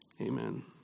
Amen